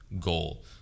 goal